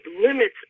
limits